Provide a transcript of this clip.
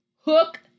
Hook